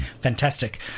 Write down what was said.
Fantastic